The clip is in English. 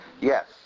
Yes